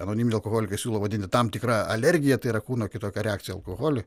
anoniminiai alkoholikai siūlo vadinti tam tikra alergija tai yra kūno kitokia reakcija į alkoholį